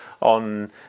on